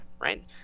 right